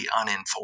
uninformed